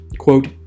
Quote